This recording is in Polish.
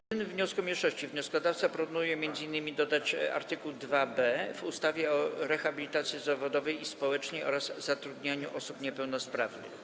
W jedynym wniosku mniejszości wnioskodawca proponuje m.in. dodać art. 2b w ustawie o rehabilitacji zawodowej i społecznej oraz zatrudnianiu osób niepełnosprawnych.